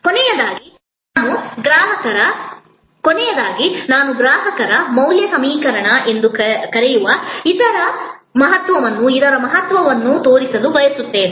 ಕೊನೆಯದಾಗಿ ನಾನು ಗ್ರಾಹಕ ಮೌಲ್ಯ ಸಮೀಕರಣ ಎಂದು ಕರೆಯುವ ಇದರ ಮಹತ್ವವನ್ನು ತೋರಿಸಲು ಬಯಸುತ್ತೇನೆ